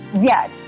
yes